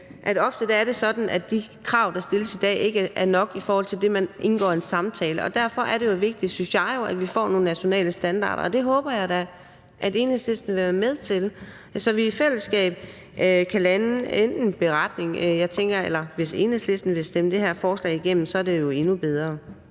det ofte er sådan, at de krav, der stilles i dag, ikke er nok, i forhold til at indgå i en samtale. Derfor er det, synes jeg jo, vigtigt, at vi får nogle nationale standarder, og det håber jeg da at Enhedslisten vil være med til, så vi i fællesskab kan lande enten en beretning, tænker jeg, eller hvis Enhedslisten vil stemme det her forslag igennem, er det jo endnu bedre.